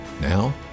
Now